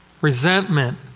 resentment